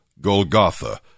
Golgotha